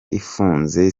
ifunze